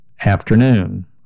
afternoon